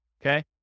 okay